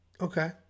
Okay